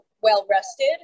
well-rested